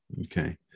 okay